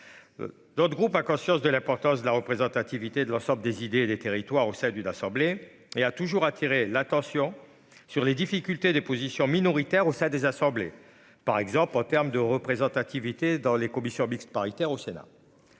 D'autres groupes a conscience de l'importance de la représentativité de l'ensemble des idées et des territoires au sein d'une assemblée et a toujours attiré l'attention sur les difficultés des positions minoritaires au sein des assemblées par exemple en terme de représentativité dans les commissions mixtes paritaires au Sénat.